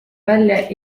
välja